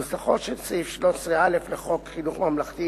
נוסחו של סעיף 13א לחוק חינוך ממלכתי,